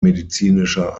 medizinischer